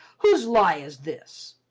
whose lie is this?